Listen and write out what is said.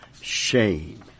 shame